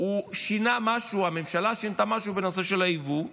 שינה משהו, שהממשלה שינתה משהו בנושא היבוא.